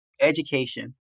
education